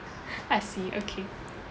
I see okay